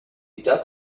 duck